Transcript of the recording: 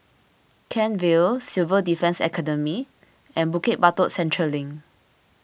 Kent Vale Civil Defence Academy and Bukit Batok Central Link